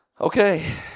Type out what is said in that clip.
Okay